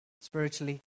spiritually